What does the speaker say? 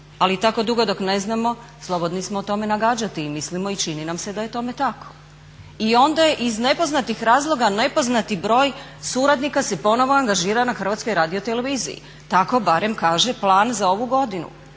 Ali tako dugo dok ne znamo slobodni smo o tome nagađati i mislimo i čini nam se da je tome tako. I onda je iz nepoznatih razloga nepoznati broj suradnika se ponovo angažira na HRT-u, tako barem kaže plan za ovu godinu,